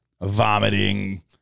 vomiting